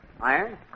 iron